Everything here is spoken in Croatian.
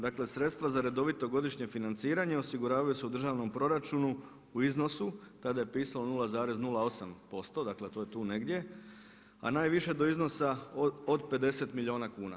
Dakle sredstva za redovito godišnje financiranje osiguravaju se u državnom proračunu u iznosu, tada je pisalo 0,08%, dakle to je tu negdje, a najviše do iznosa od 50 milijuna kuna.